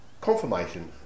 confirmation